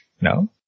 No